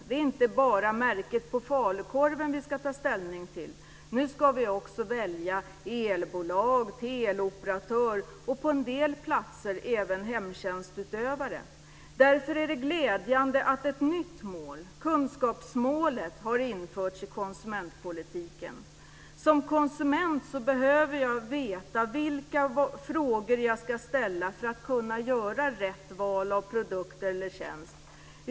Det är inte bara märket på falukorven vi ska ta ställning till; nu ska vi också välja elbolag, teleoperatör och på en del platser även hemtjänstutövare. Därför är det glädjande att ett nytt mål, kunskapsmålet, har införts i konsumentpolitiken. Som konsument behöver jag veta vilka frågor jag ska ställa för att kunna göra rätt val av produkt eller tjänst.